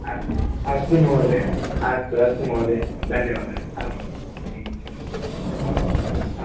अस्तु अस्तु महोदय अस्तु अस्तु महोदय धन्यवादः आमां आम्